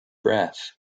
breath